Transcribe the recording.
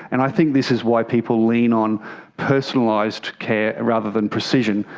and i think this is why people lean on personalised care rather than precision,